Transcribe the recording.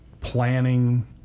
planning